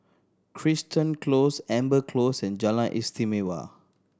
Crichton Close Amber Close and Jalan Istimewa